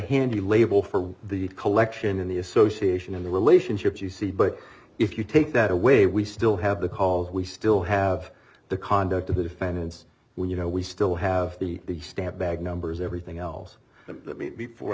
handy label for the collection and the association in the relationship you see but if you take that away we still have the calls we still have the conduct of the defendants when you know we still have the the stamp bag numbers everything else to me before